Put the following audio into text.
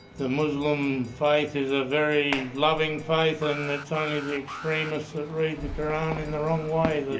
the muslim faith is a very loving faith and it's only the extremists that read the qur'an in the wrong way